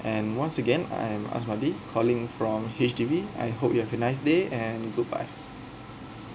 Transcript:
and once again I'm I'm asmadi calling from H_D_B I hope you have a nice day and goodbye